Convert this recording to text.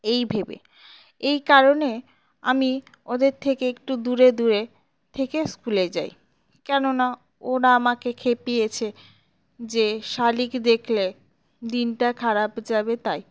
এই ভেবে এই কারণে আমি ওদের থেকে একটু দূরে দূরে থেকে স্কুলে যাই কেননা ওরা আমাকে খেপিয়েছে যে শালিক দেখলে দিনটা খারাপ যাবে তাই